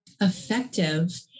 effective